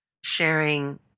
sharing